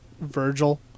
Virgil